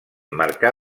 marcà